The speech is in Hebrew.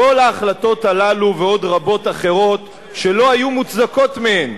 בכל ההחלטות הללו ועוד רבות אחרות שלא היו מוצדקות מהן,